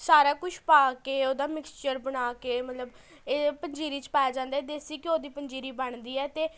ਸਾਰਾ ਕੁਛ ਪਾ ਕੇ ਓਹਦਾ ਮਿਕਸ਼ਚਰ ਬਣਾ ਕੇ ਮਤਲਬ ਇਹ ਪੰਜੀਰੀ 'ਚ ਪਾਇਐ ਜਾਂਦੈ ਦੇਸੀ ਘਿਓ ਦੀ ਪੰਜੀਰੀ ਬਣਦੀ ਹੈ ਅਤੇ